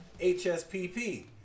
HSPP